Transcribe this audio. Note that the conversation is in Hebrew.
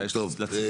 אולי יש לציבור.